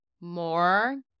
more